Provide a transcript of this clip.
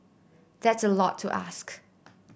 that's a lot to ask